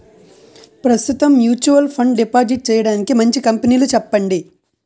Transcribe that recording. ప్రస్తుతం mutual fund deposit చేయడానికి మంచి కంపెనీలు చెప్పండి